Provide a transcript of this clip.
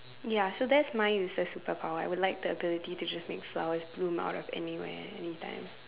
ya so that's my useless superpower I would like the ability to just make flowers bloom out of anywhere anytime